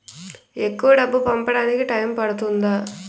ఎక్కువ డబ్బు పంపడానికి టైం పడుతుందా?